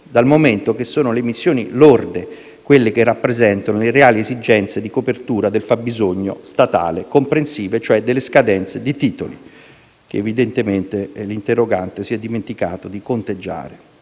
dal momento che sono quelle lorde a rappresentare le reali esigenze di copertura del fabbisogno statale, comprensive, cioè, delle scadenze di titoli, che evidentemente l'interrogante si è dimenticato di conteggiare.